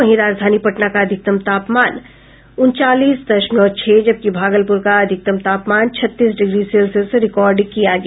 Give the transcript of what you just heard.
वहीं राजधानी पटना का अधिकतम आपमान उनचालीस दशमलव छह जबकि भागलपुर का अधिकतम तापमान छत्तीस डिग्री सेल्सियस रिकॉर्ड किया गया